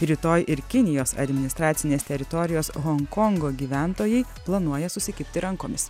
rytoj ir kinijos administracinės teritorijos honkongo gyventojai planuoja susikibti rankomis